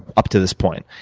up to this point.